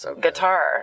guitar